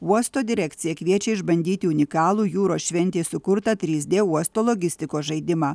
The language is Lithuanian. uosto direkcija kviečia išbandyti unikalų jūros šventei sukurtą trys d uosto logistikos žaidimą